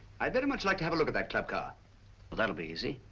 i'd very much like to have a look at that club car. well that will be easy,